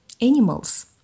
animals